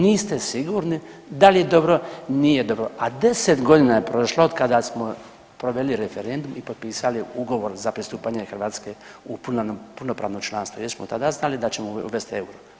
Niste sigurni dal je dobro, nije dobro, a 10 godina je prošlo od kada smo proveli referendum i potpisali ugovor za pristupanje Hrvatske u punopravno članstvo jer smo tada znali da ćemo uvesti euro.